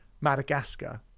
Madagascar